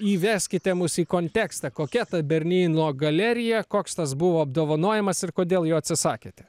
įveskite mus į kontekstą kokia ta berlyno galerija koks tas buvo apdovanojimas ir kodėl jo atsisakėte